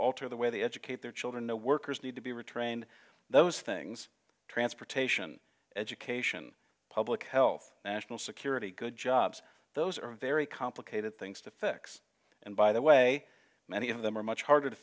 alter the way they educate their children the workers need to be retrained those things transportation education public health national security good jobs those are very complicated things to fix and by the way many of them are much harder to